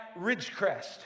Ridgecrest